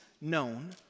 known